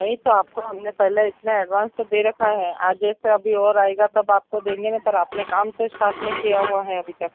नहीं तो आपको हमने पहले इतना एडवांस तो दे रखा है आगे से अभी और आएगा तब आपको देंगे न पर आपने काम तो स्टार्ट नहीं किया हुआ है अभी तक